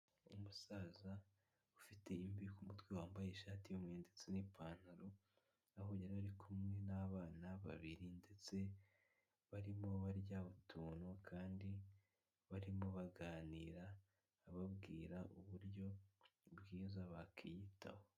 Umusaza ufite imvi ku mutwe, wambaye ishati y'umweru ndetse n'ipantaro, aho yari ari kumwe n'abana babiri ndetse barimo barya utuntu kandi barimo baganira, ababwira uburyo bwiza bakwiyitaho.